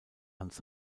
hans